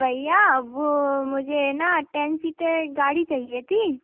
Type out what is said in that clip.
भैया वो मुझे ना टेन सीटर गाड़ी चाहिए थी